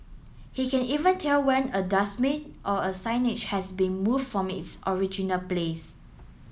he can even tell when a dustbin or a signage has been moved from its original place